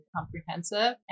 comprehensive